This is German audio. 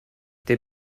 der